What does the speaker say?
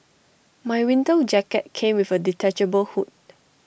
my winter jacket came with A detachable hood